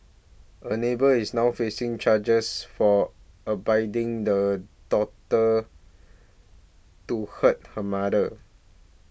a neighbour is now facing charges for abetting the daughter to hurt her mother